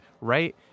right